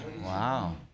wow